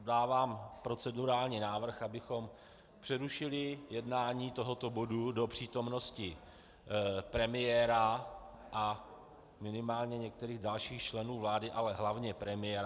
Dávám procedurální návrh, abychom přerušili jednání tohoto bodu do přítomnosti premiéra a minimálně některých dalších členů vlády, ale hlavně premiéra.